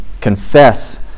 confess